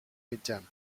mitjana